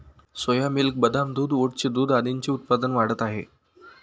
सोया milk, बदाम दूध, ओटचे दूध आदींचे उत्पादन वाढत आहे